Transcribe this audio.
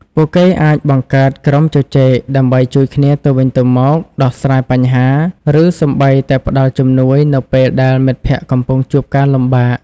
ពួកគេអាចបង្កើត ក្រុមជជែក ដើម្បីជួយគ្នាទៅវិញទៅមក ដោះស្រាយបញ្ហា ឬសូម្បីតែផ្តល់ជំនួយនៅពេលដែលមិត្តភ័ក្តិកំពុងជួបការលំបាក ។